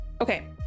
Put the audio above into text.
Okay